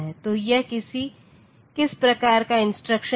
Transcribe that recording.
तो यह किस प्रकार का इंस्ट्रक्शन है